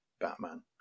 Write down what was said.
Batman